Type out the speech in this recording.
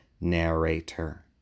narrator